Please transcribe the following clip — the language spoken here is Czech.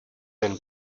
ten